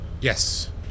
Yes